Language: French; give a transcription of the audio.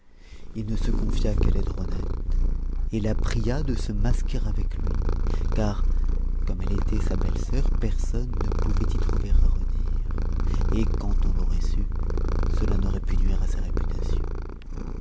il ne se confia qu'à laidronette et la pria de se masquer avec lui car comme elle était sa belle-sœur personne ne pouvait y trouver à redire et quand on l'aurait su cela n'aurait pu nuire à sa réputation